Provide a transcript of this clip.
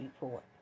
report